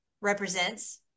represents